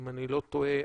אם אני לא טועה,